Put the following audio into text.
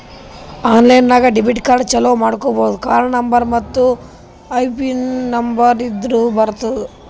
online ನಾಗ್ debit card ಚಾಲೂ ಮಾಡ್ಕೋಬೋದು ಕಾರ್ಡ ನಂಬರ್ ಮತ್ತ್ ಐಪಿನ್ ನಂಬರ್ ಇದ್ದುರ್ ಬರ್ತುದ್